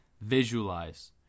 Visualize